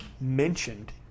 mentioned